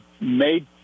made